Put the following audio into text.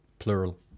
plural